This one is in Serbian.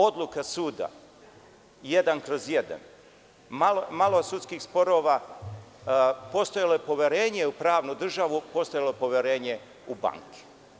Odluka suda jedan kroz jedan, malo sudskih sporova postojalo je poverenje u pravnu državu, postojalo je poverenje u banke.